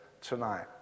tonight